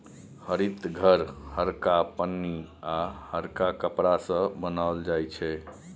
हरित घर हरका पन्नी आ हरका कपड़ा सँ बनाओल जाइ छै